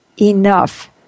enough